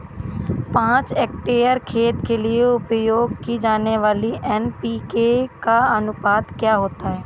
पाँच हेक्टेयर खेत के लिए उपयोग की जाने वाली एन.पी.के का अनुपात क्या होता है?